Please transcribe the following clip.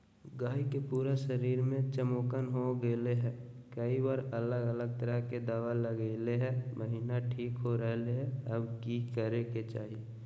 गाय के पूरा शरीर में चिमोकन हो गेलै है, कई बार अलग अलग तरह के दवा ल्गैलिए है महिना ठीक हो रहले है, अब की करे के चाही?